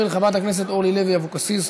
של חברת הכנסת אורלי לוי אבקסיס.